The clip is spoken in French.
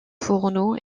fourneau